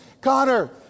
Connor